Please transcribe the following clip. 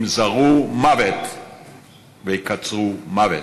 הם זרעו מוות וקצרו מוות,